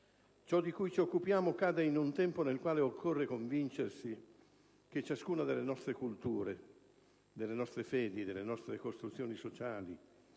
Ciò di cui ci occupiamo cade in un tempo nel quale occorre convincersi che ciascuna delle nostre culture, delle nostre fedi, delle nostre costruzioni sociali,